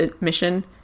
mission